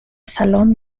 salón